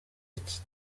iki